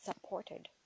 supported